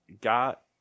got